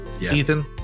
Ethan